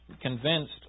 convinced